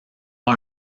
pas